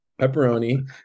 Pepperoni